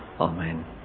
amen